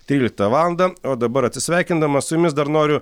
tryliktą valandą o dabar atsisveikindamas su jumis dar noriu